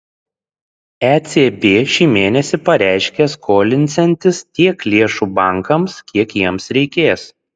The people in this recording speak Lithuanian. ecb šį mėnesį pareiškė skolinsiantis tiek lėšų bankams kiek jiems reikės